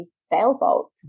sailboat